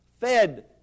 fed